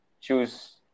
choose